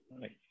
right